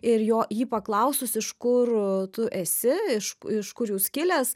ir jo jį paklausus iš kur tu esi iš iš kur jūs kilęs